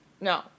No